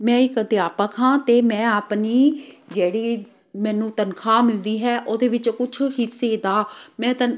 ਮੈਂ ਇੱਕ ਅਧਿਆਪਕ ਹਾਂ ਅਤੇ ਮੈਂ ਆਪਣੀ ਜਿਹੜੀ ਮੈਨੂੰ ਤਨਖਾਹ ਮਿਲਦੀ ਹੈ ਉਹਦੇ ਵਿੱਚੋਂ ਕੁਛ ਹਿੱਸੇ ਦਾ ਮੈਂ ਤ